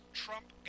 trump